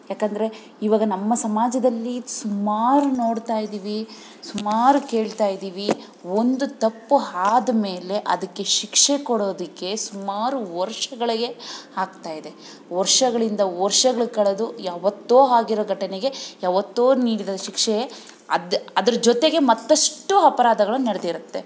ಏಕೆಂದ್ರೆ ಇವಾಗ ನಮ್ಮ ಸಮಾಜದಲ್ಲಿ ಸುಮಾರು ನೋಡ್ತಾಯಿದ್ದೀವಿ ಸುಮಾರು ಕೇಳ್ತಾಯಿದ್ದೀವಿ ಒಂದು ತಪ್ಪು ಆದ್ಮೇಲೆ ಅದಕ್ಕೆ ಶಿಕ್ಷೆ ಕೊಡೋದಕ್ಕೆ ಸುಮಾರು ವರ್ಷಗಳಿಗೆ ಹಾಕ್ತಾಯಿದೆ ವರ್ಷಗಳಿಂದ ವರ್ಷಗಳು ಕಳೆದು ಯಾವತ್ತೋ ಆಗಿರೋ ಘಟನೆಗೆ ಯಾವತ್ತೋ ನೀಡಿದ ಶಿಕ್ಷೆ ಅದು ಅದ್ರ ಜೊತೆಗೆ ಮತ್ತಷ್ಟು ಅಪರಾಧಗಳು ನಡ್ದಿರುತ್ತೆ